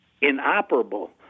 inoperable